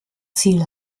ziel